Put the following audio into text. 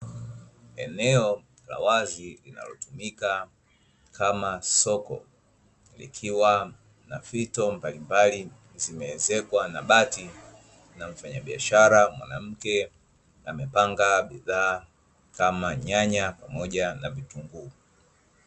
Eneo la wazi linalotumika kama soko, likiwa na fito mbalimbali zimeezekwa na bati na mfanyabiashara mwanamke, amepanga bidhaa kama nyanya pamoja na vitunguu.